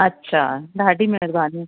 अछा ॾाढी महिरबानी